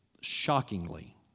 shockingly